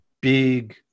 big